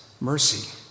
mercy